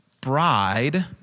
bride